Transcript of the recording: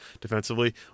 defensively